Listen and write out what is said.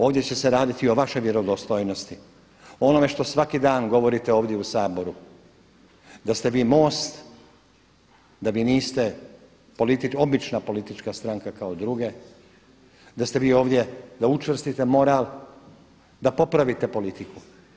Ovdje će se raditi o vašoj vjerodostojnosti, o onome što svaki dan govorite ovdje u Saboru da ste vi Most, da vi niste obična politička stranka kao druge, da ste vi ovdje da učvrstite moral, da popravite politiku.